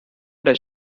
does